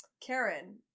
Karen